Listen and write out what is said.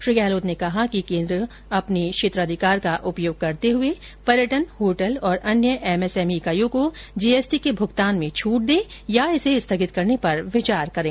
श्री गहलोत ने कहा कि केन्द्र सरकार अपने क्षेत्राधिकार का उपयोग करते हुए पर्यटन होटल और अन्य एमएसएमई इकाइयों को जीएसटी के भुगतान में छूट दे या इसे स्थगित करने पर विचार करें